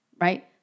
right